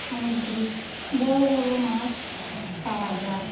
সামুদ্রিক বড়ো বড়ো মাছ পাওয়া যায়